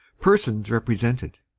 persons represented